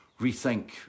rethink